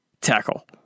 Tackle